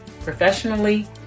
professionally